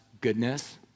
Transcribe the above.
goodness